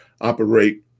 operate